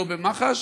לא במח"ש